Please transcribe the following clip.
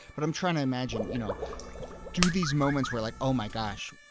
but i'm trying to imagine, you know do these moments where like, oh my gosh,